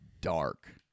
dark